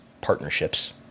partnerships